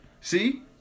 See